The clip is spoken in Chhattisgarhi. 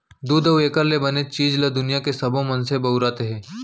दूद अउ एकर ले बने चीज ल दुनियां के सबो मनसे बउरत हें